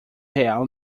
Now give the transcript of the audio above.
real